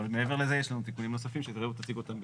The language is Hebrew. אבל מעבר לזה יש לנו תיקונים נוספים שרעות תציג אותם בקצרה.